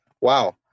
Wow